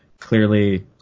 clearly